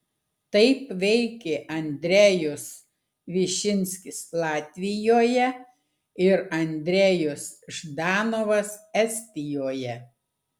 taip veikė andrejus višinskis latvijoje ir andrejus ždanovas estijoje